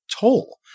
toll